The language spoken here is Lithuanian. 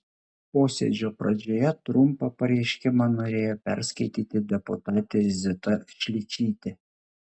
posėdžio pradžioje trumpą pareiškimą norėjo perskaityti deputatė zita šličytė